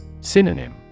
Synonym